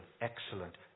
excellent